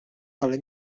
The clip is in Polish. ale